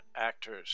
Actors